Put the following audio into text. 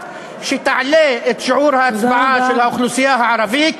שתעלה את שיעור ההצבעה של האוכלוסייה הערבית